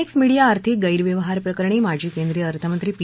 x media आर्थिक गैरव्यवहार प्रकरणी माजी केंद्रीय अर्थमंत्री पी